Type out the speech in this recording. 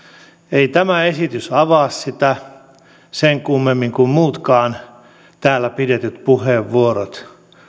ei tämä esitys avaa sitä sen kummemmin kuin muutkaan täällä pidetyt puheenvuorot